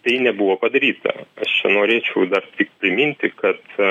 tai nebuvo padaryta aš čia norėčiau dar tik priminti kad